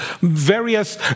various